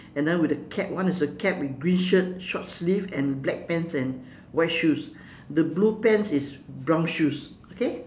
and then with a cap one is a cap with green shirt short sleeve and black pants and white shoes the blue pants is brown shoes okay